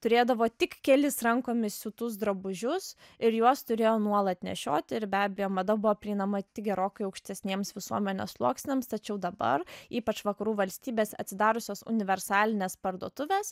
turėdavo tik kelis rankomis siūtus drabužius ir juos turėjo nuolat nešioti ir be abejo mada buvo prieinama tik gerokai aukštesniems visuomenės sluoksniams tačiau dabar ypač vakarų valstybės atsidariusios universalinės parduotuvės